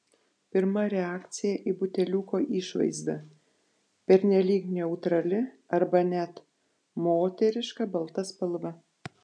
pirma reakcija į buteliuko išvaizdą pernelyg neutrali arba net moteriška balta spalva